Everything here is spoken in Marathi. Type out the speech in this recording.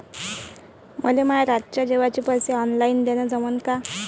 मले माये रातच्या जेवाचे पैसे ऑनलाईन देणं जमन का?